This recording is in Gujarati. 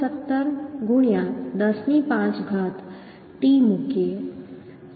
17 ગુણ્યા 10 ની 5 ઘાત t મૂકીએ